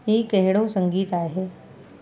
ही कहिड़ो संगीत आहे